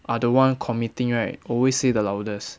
are the one committing right always say the loudest